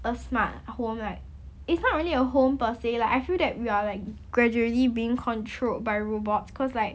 a smart home like it's not really a home per se like I feel that we are like gradually being controlled by robots because like